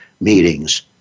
meetings